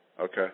Okay